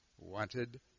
wanted